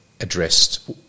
addressed